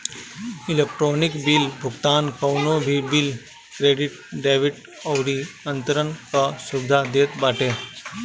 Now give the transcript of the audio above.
electronic bill भुगतान कवनो भी बिल, क्रेडिट, डेबिट अउरी अंतरण कअ सुविधा देत बाटे